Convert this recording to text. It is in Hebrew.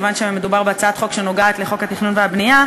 מכיוון שמדובר בהצעת חוק שנוגעת לחוק התכנון והבנייה,